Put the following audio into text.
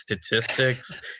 statistics